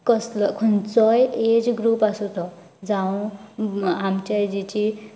कसलो खंयचोय age group आसूं तो जावूं आमच्या एजीची